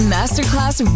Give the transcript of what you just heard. Masterclass